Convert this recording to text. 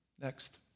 Next